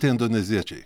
tie indoneziečiai